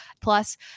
Plus